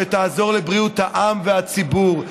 שתעזור לבריאות העם והציבור.